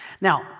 Now